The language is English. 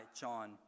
John